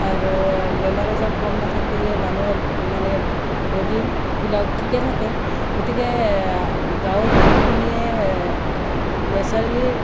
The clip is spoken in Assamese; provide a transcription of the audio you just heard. আৰু বেমাৰ আজাৰ কম নাথাকিলে মানুহৰ মানে বডিবিলাক ঠিকে থাকে গতিকে গাঁৱৰ মানুহখিনিয়ে নেচাৰেলী